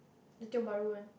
the Tiong-Bharu one